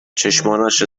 چشمانش